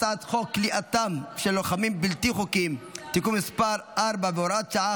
הצעת חוק כליאתם של לוחמים בלתי חוקיים (תיקון מס' 4 והוראת שעה,